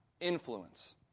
influence